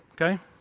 okay